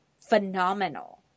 phenomenal